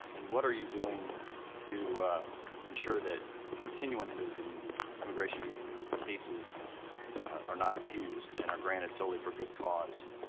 and what are you doing to ensure that continuances in immigration cases are not abused and are granted solely for good cause?